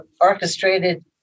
orchestrated